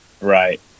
Right